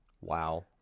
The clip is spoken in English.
Wow